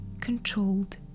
controlled